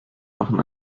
machen